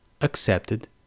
accepted